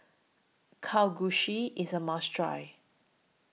Kalguksu IS A must Try